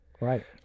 Right